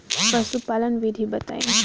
पशुपालन विधि बताई?